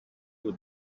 who